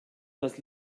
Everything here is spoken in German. das